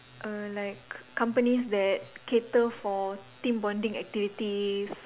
err like companies that cater for team bonding activities